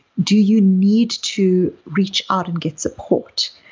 do you need to reach out and get support?